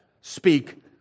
speak